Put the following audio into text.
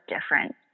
different